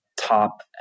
top